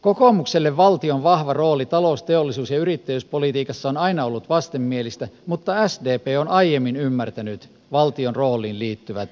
kokoomukselle valtion vahva rooli talous teollisuus ja yrittäjyyspolitiikassa on aina ollut vastenmielistä mutta sdp on aiemmin ymmärtänyt valtion rooliin liittyvät mahdollisuudet